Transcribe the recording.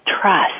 trust